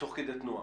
תוך כדי תנועה.